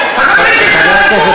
אדוני היושב-ראש,